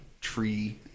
tree